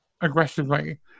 aggressively